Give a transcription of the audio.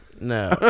No